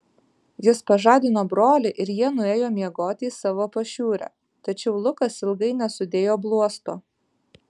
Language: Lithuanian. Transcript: jis pažadino brolį ir jie nuėjo miegoti į savo pašiūrę tačiau lukas ilgai nesudėjo bluosto